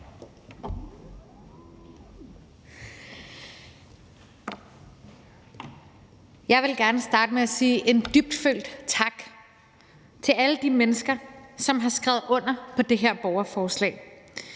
Jeg vil gerne starte med at sige: En dybtfølt tak til alle de mennesker, som har skrevet under på det her borgerforslag.